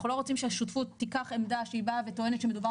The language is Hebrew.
אנחנו לא רוצים שהשותפות תיקח עמדה שהיא באה וטוענת שמדובר